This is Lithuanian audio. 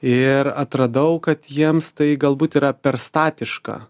ir atradau kad jiems tai galbūt yra per statiška